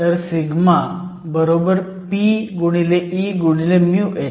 तर σ p e μh